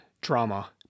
drama